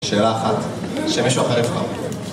שאלה אחת שמשהו אחר יבחר